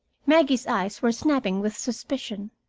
maggie's eyes were snapping with suspicion.